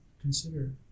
consider